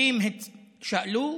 חברים שאלו,